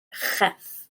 chyff